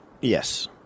Yes